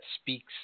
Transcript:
speaks